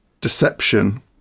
deception